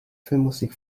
filmmusik